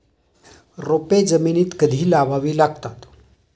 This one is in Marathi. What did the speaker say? रोपे जमिनीत कधी लावावी लागतात?